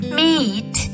meet